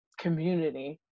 community